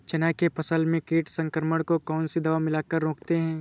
चना के फसल में कीट संक्रमण को कौन सी दवा मिला कर रोकते हैं?